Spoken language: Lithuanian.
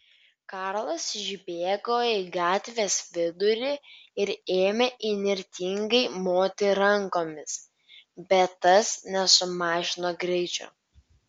karlas išbėgo į gatvės vidurį ir ėmė įnirtingai moti rankomis bet tas nesumažino greičio